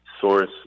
source